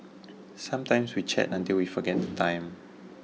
sometimes we chat until we forget the time